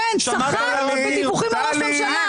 כן, הוא צחק בדיווחים על ראש ממשלה.